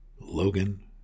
Logan